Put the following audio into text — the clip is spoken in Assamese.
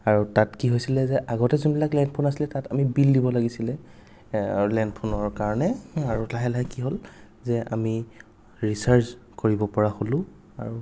আৰু তাত কি হৈছিলে যে আগতে যোনবিলাক লেণ্ড ফ'ন আছিলে তাত আমি বিল দিব লাগিছিল আৰু লেণ্ড ফ'নৰ কাৰণে লাহে লাহে কি হ'ল যে আমি ৰিচাৰ্জ কৰিব পৰা হ'লো আৰু